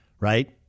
right